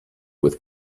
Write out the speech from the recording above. with